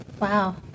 Wow